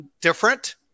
different